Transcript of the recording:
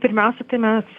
pirmiausia tai mes